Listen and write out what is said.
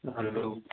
hello